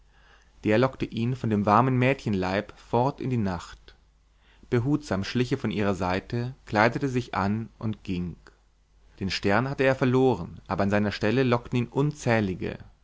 der lockte ihn von dem warmen mädchenleib fort in die nacht behutsam schlich er von ihrer seite kleidete sich an und ging den stern hatte er verloren aber an seiner stelle lockten ihn unzählige